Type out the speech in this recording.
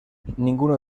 ninguno